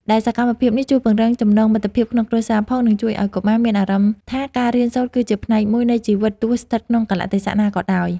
ដែលសកម្មភាពនេះជួយពង្រឹងចំណងមិត្តភាពក្នុងគ្រួសារផង និងជួយឱ្យកុមារមានអារម្មណ៍ថាការរៀនសូត្រគឺជាផ្នែកមួយនៃជីវិតទោះស្ថិតក្នុងកាលៈទេសៈណាក៏ដោយ។